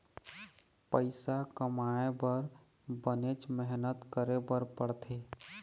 पइसा कमाए बर बनेच मेहनत करे बर पड़थे